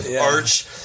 arch